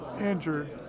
injured